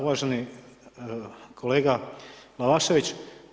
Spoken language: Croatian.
Uvaženi kolega Glavašević.